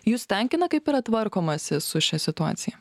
jus tenkina kaip yra tvarkomasi su šia situacija